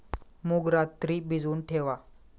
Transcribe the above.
मूग रात्री भिजवून ठेवा